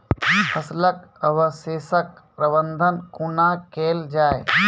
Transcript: फसलक अवशेषक प्रबंधन कूना केल जाये?